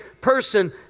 person